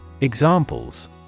Examples